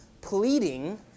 pleading